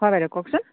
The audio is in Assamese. হয় বাইদেউ কওকচোন